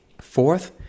Fourth